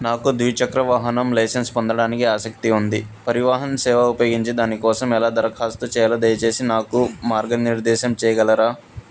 నాకు ద్విచక్ర వాహనం లైసెన్స్ పొందడానికి ఆసక్తి ఉంది పరివాహన్ సేవ ఉపయోగించి దాని కోసం ఎలా దరఖాస్తు చేయాలో దయచేసి నాకు మార్గనిర్దేశం చేయగలరా